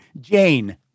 jane